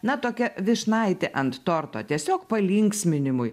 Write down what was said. na tokia vyšnaitė ant torto tiesiog palinksminimui